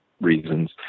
reasons